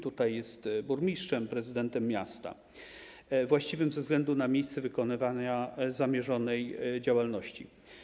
Tutaj jest określone, że z burmistrzem, prezydentem miasta właściwym ze względu na miejsce wykonywania zamierzonej działalności.